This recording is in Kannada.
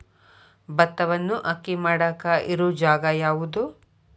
ಭತ್ತವನ್ನು ಅಕ್ಕಿ ಮಾಡಾಕ ಇರು ಜಾಗ ಯಾವುದು?